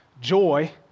Joy